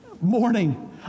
morning